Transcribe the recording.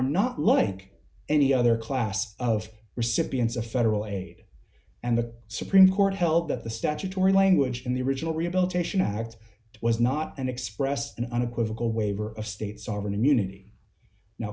not like any other class of recipients of federal aid and the supreme court held that the statutory language in the original rehabilitation act was not an expressed and unequivocal waiver of states or an immunity no